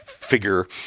figure